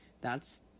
that's-